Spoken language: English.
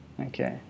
Okay